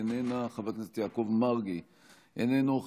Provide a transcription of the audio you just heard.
איננה,